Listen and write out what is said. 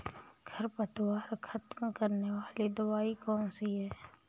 खरपतवार खत्म करने वाली दवाई कौन सी है?